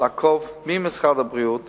לעקוב גם ממשרד הבריאות